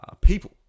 people